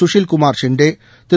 Sushil Kumar Shinde Thiru